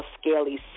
scaly